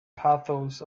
pathos